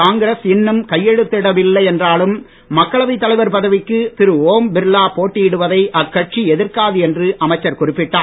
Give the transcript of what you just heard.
காங்கிரஸ் இன்னும் கையெழுத்திடவில்லை என்றாலும் மக்களவை தலைவர் பதவிக்கு திரு ஓம் பிர்லா போட்டியிடுவதை அக்கட்சி எதிர்க்காது என்று அமைச்சர் குறிப்பிட்டார்